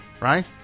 Right